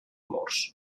murs